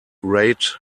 rate